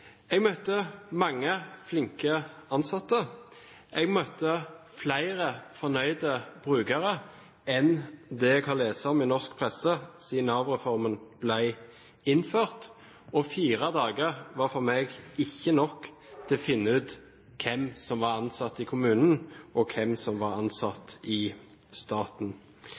Jeg møtte mange flinke ansatte. Jeg møtte flere fornøyde brukere enn det jeg har lest om i norsk presse siden Nav-reformen ble innført. Fire dager var for meg ikke nok til å finne ut hvem som var ansatt i kommunen, og hvem som var ansatt i staten.